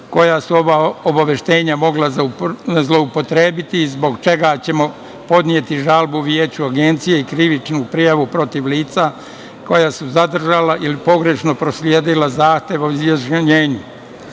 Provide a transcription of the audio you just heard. koja su obaveštenja mogla zloupotrebiti zbog čega ćemo podneti žalbu veću Agencije i krivičnu prijavu protiv lica koja su zadržala ili pogrešno prosledila zahtev o izjašnjenju. Svoje